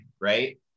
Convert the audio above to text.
right